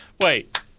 Wait